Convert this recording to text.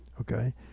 okay